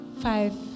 Five